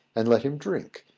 and let him drink.